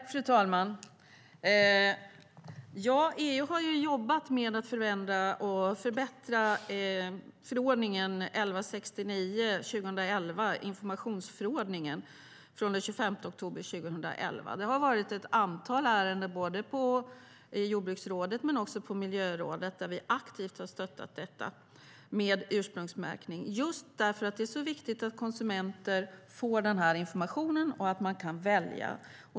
Fru talman! EU har jobbat med att förändra och förbättra informationsförordningen 1169/2011 från den 25 oktober 2011. Det har varit ett antal ärenden i jordbruksrådet men också i miljörådet där vi aktivt har stöttat detta med ursprungsmärkning, just därför att det är så viktigt att konsumenter får den här informationen och kan välja.